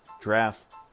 draft